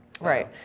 Right